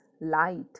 light